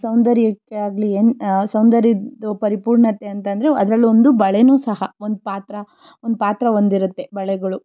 ಸೌಂದರ್ಯಕ್ಕೆ ಆಗಲಿ ಏನು ಸೌಂದರ್ಯದ ಪರಿಪೂರ್ಣತೆ ಅಂತ ಅಂದರೆ ಅದರಲ್ಲೊಂದು ಬಳೆಯೂ ಸಹ ಒಂದು ಪಾತ್ರ ಒಂದು ಪಾತ್ರ ಹೊಂದಿರತ್ತೆ ಬಳೆಗಳು